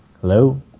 Hello